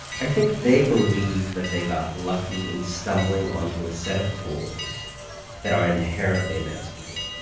i think they believe that they got lucky in stumbling onto a set of tools that are inherently emancipating.